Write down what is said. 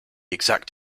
exact